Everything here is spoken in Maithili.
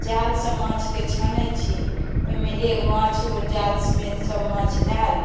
जालसँ माछके छानै छी ओहिमे ए माछ ओ जालमे सब माछ आएल